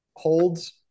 holds